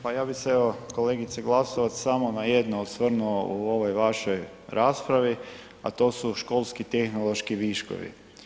Pa ja bi se evo kolegici Glasovac samo na jedno osvrnuo u ovoj vašoj raspravi a to su školski i tehnološki viškovi.